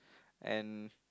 and